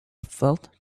felt